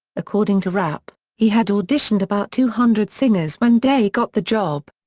according to rapp, he had auditioned about two hundred singers when day got the job.